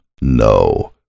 No